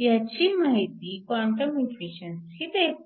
ह्याची माहिती quantum efficiency देते